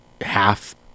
half